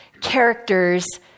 characters